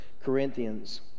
Corinthians